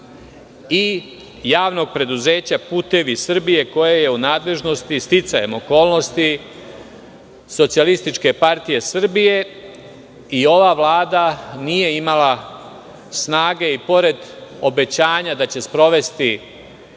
i javnog preduzeća "Putevi Srbije" koje je u nadležnosti sticajem okolnosti SPS i ova vlada nije imala snage i pored obećanja da će sprovesti